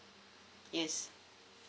yes